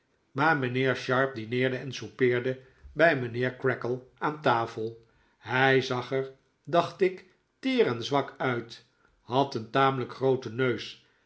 maar mijnheer sharp dineerde en soupeerde bij mijnheer creakle aan tafel hij zag e r dacht ik teer en zwak uit had een tamelijk grooten neus